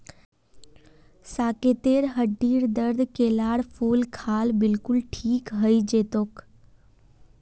साकेतेर हड्डीर दर्द केलार फूल खा ल बिलकुल ठीक हइ जै तोक